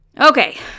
Okay